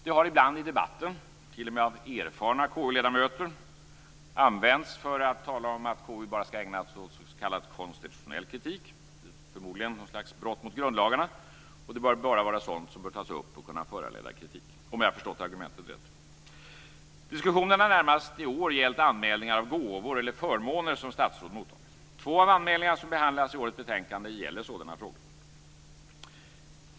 Det har ibland i debatten, t.o.m. av erfarna KU-ledamöter, hävdats att KU enbart skall ägna sig åt s.k. konstitutionell kritik - förmodligen något slags brott mot grundlagarna. Det bör alltså bara vara sådant som kan tas upp till behandling och föranleda kritik - om jag har förstått argumentet rätt. Diskussionerna i år gällde närmast anmälningar om gåvor eller förmåner som statsråd mottagit. Två av anmälningarna som behandlas i årets betänkande gäller sådana frågor.